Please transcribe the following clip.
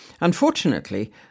Unfortunately